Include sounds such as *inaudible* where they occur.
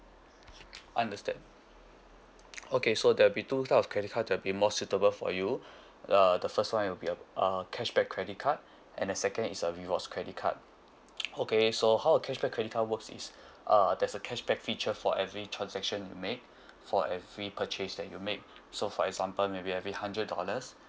understand okay so there will be two types of credit card that will be more suitable for you *breath* uh the first one will be a cashback credit card *breath* and the second is a rewards credit card okay so how a cashback credit cards works is *breath* uh there's a cashback feature for every transaction made *breath* for every purchase that you made so for example maybe every hundred dollars